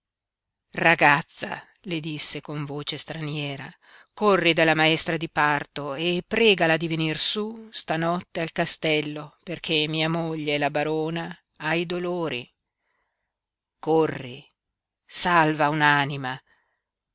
ragazza le disse con voce straniera corri dalla maestra di parto e pregala di venir su stanotte al castello perché mia moglie la barona ha i dolori corri salva